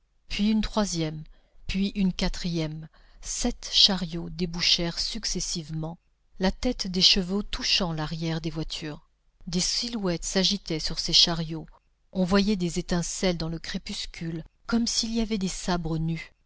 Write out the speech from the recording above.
puis une troisième puis une quatrième sept chariots débouchèrent successivement la tête des chevaux touchant l'arrière des voitures des silhouettes s'agitaient sur ces chariots on voyait des étincelles dans le crépuscule comme s'il y avait des sabres nus